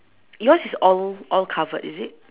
yours is all all covered is it